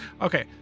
Okay